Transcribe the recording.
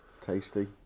Tasty